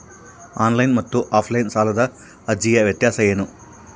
Online ಮತ್ತು offline ಸಾಲದ ಅರ್ಜಿಯ ವ್ಯತ್ಯಾಸ ಏನು?